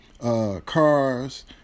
cars